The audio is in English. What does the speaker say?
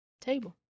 table